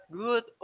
good